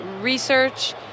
research